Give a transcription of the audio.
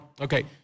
okay